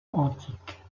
antique